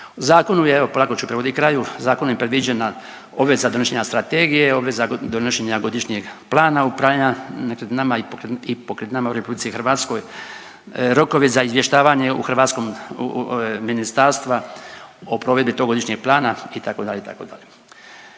Zakon je, evo, polako ću privoditi kraju, zakon je predviđena obveza donošenja strategije, obveza donošenja godišnjeg plana upravljanja nekretninama i pokretninama u RH, rokovi za izvještavanje u hrvatskom, u ministarstva o provedbi tog godišnjeg plana itd.,